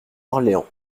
orléans